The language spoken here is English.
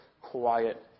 quiet